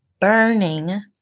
burning